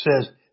says